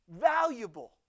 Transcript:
valuable